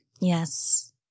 Yes